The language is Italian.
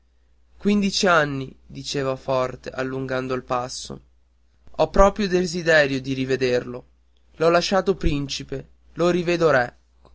quindici anni diceva forte allungando il passo ho proprio desiderio di rivederlo l'ho lasciato principe lo rivedo re